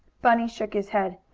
bunny shook his head.